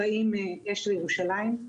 40 ואשל ירושלים.